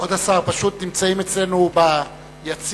כבוד השר, פשוט נמצאים אצלנו ביציע